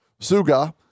Suga